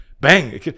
bang